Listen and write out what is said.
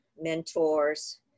mentors